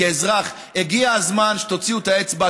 כאזרח: הגיע הזמן שתוציאו את האצבע,